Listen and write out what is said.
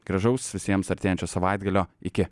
gražaus visiems artėjančio savaitgalio iki